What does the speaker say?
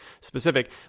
specific